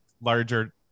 larger